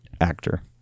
actor